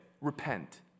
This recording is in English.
repent